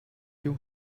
you